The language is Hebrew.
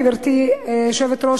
גברתי היושבת-ראש,